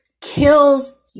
kills